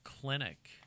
Clinic